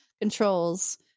controls